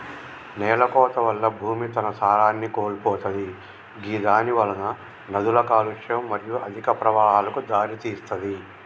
నేలకోత వల్ల భూమి తన సారాన్ని కోల్పోతది గిదానివలన నదుల కాలుష్యం మరియు అధిక ప్రవాహాలకు దారితీస్తది